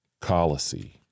colossi